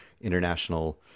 International